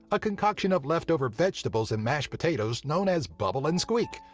a concoction of left-over vegetables and mashed potatoes known as bubble and squeak,